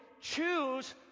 choose